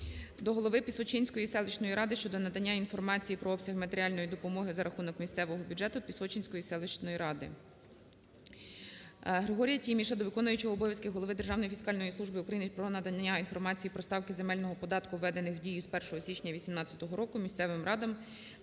до голови Пісочинської селищної ради щодо надання інформації про обсяги матеріальної допомоги за рахунок місцевого бюджету Пісочинської селищної ради. ГригоріяТіміша до виконуючого обов'язки голови Державної фіскальної служби України про надання інформації про ставки земельного податку, введених в дію з 1 січня 2018 року місцевими радами